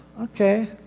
Okay